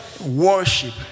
Worship